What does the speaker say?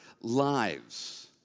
lives